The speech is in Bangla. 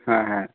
হ্যাঁ হ্যাঁ